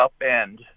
upend